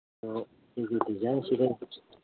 ꯑ ꯁꯤꯒꯤ ꯗꯤꯖꯥꯏꯟꯁꯤꯗ